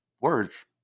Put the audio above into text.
words